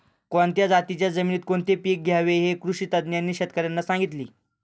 कोणत्या जातीच्या जमिनीत कोणते पीक घ्यावे हे कृषी तज्ज्ञांनी शेतकर्यांना सांगितले